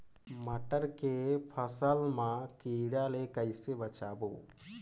मटर के फसल मा कीड़ा ले कइसे बचाबो?